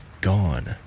gone